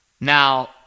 Now